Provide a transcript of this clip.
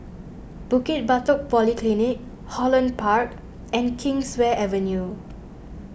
Bukit Batok Polyclinic Holland Park and Kingswear Avenue